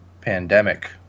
Pandemic